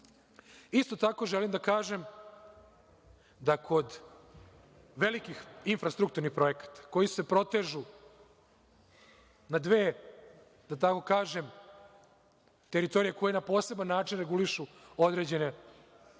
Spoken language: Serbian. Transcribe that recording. tako želim da kažem da kod velikih infrastrukturnih projekata koji se protežu na dve teritorije koje na poseban način regulišu određene prostore,